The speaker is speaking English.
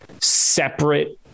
separate